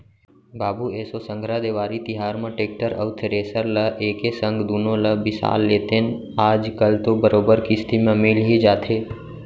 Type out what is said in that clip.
बाबू एसो संघरा देवारी तिहार म टेक्टर अउ थेरेसर ल एके संग दुनो ल बिसा लेतेन आज कल तो बरोबर किस्ती म मिल ही जाथे